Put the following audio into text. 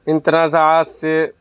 ان تنازعات سے